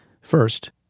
first